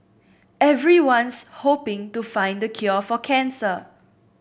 everyone's hoping to find the cure for cancer